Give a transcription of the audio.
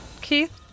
Keith